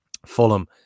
fulham